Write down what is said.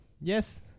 Yes